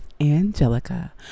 Angelica